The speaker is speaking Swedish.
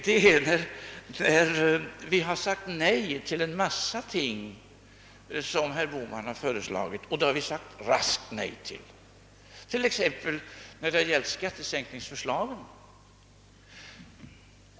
Det har vi varit när vi raskt sagt nej till en massa ting som herr Bohman föreslagit, t.ex. till herr Bohmans skattesänkningsförslag.